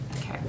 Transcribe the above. Okay